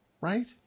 Right